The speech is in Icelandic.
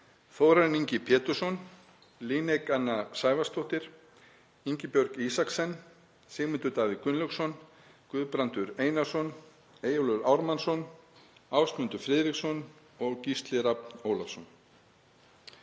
Þórarinn Ingi Pétursson, Líneik Anna Sævarsdóttir, Ingibjörg Isaksen, Sigmundur Davíð Gunnlaugsson, Guðbrandur Einarsson, Eyjólfur Ármannsson, Ásmundur Friðriksson og Gísli Rafn Ólafsson.